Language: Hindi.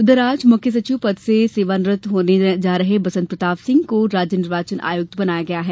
उधर आज मुख्य सचिव पद से सेवानिवृत्त हो रहे बसन्त प्रताप सिंह को राज्य निर्वाचन आयुक्त बनाया गया है